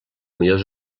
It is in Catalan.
millors